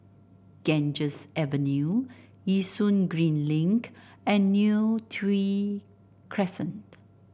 Ganges Avenue Yishun Green Link and Neo Tiew Crescent